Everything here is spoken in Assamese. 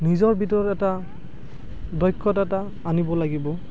নিজৰ ভিতৰত এটা দক্ষতা এটা আনিব লাগিব